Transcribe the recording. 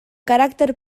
caràcter